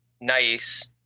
nice